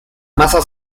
masa